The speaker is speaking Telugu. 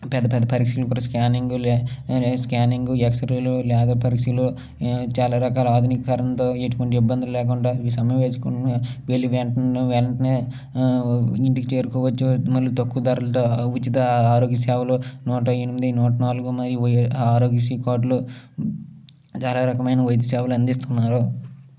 పెద్ద పెద్ద పరీక్షలు కూడా స్కానింగులే స్కానింగు ఎక్స్రేలు లేజర్ పరీక్షలు చాలా రకాల ఆధునికరణతో ఎటువంటి ఇబ్బందులు లేకుండా ఈ సమయం వెయిట్ చేయకుండా వెళ్లిన వెంటనే వెంటనే ఇంటికి చేరుకోవచ్చు మళ్ళీ తక్కువ ధరలతో ఉచిత ఆరోగ్య సేవలు నూటా ఎనిమిది నూటా నాలుగు మరియు ఆరోగ్యశ్రీ కార్డులు చాలా రకమైన వైద్య సేవలు అందిస్తున్నారు